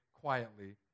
quietly